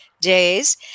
days